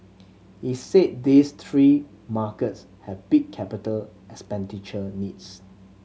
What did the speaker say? he said these three markets have big capital expenditure needs